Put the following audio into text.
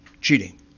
cheating